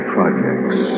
Projects